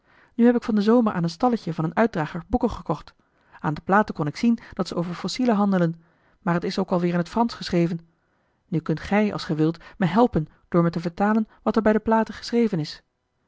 nu heb ik van den zomer aan een stalletje van een uitdrager boeken gekocht aan de platen kon ik zien dat ze over fossielen handelen maar t is ook al weer in t fransch geschreven nu kunt gij als ge wilt me helpen door me te vertalen wat er bij de platen geschreven is